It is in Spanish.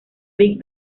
vid